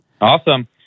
Awesome